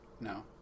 No